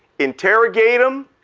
interrogate em,